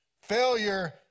Failure